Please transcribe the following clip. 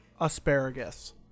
asparagus